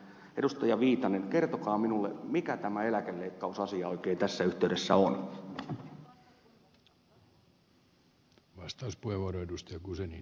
viitanen kertokaa minulle mikä tämä eläkeleikkausasia oikein tässä yhteydessä on